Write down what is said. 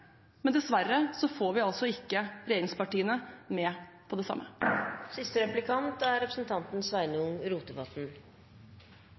Men dessverre får vi altså ikke regjeringspartiene med på det samme.